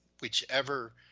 whichever